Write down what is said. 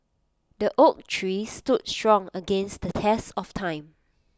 the oak tree stood strong against the test of time